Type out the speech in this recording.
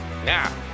Now